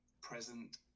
present